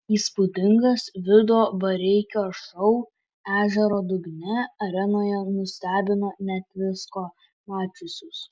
įspūdingas vido bareikio šou ežero dugne arenoje nustebino net visko mačiusius